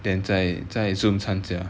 then 在在 zoom 参加